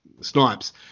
Snipes